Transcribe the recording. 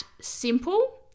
simple